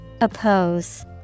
Oppose